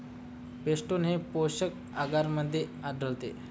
peptone हे पोषक आगरमध्ये आढळते